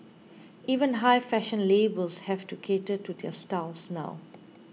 even high fashion labels have to cater to their styles now